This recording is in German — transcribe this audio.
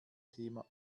thema